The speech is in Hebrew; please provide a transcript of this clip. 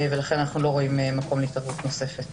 ולכן אנחנו לא רואים מקום להתערבות נוספת.